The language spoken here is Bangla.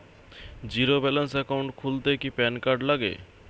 জীরো ব্যালেন্স একাউন্ট খুলতে কি প্যান কার্ড লাগে?